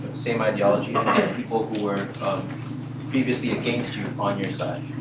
same ideology into people who were previously against you, on your side?